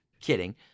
kidding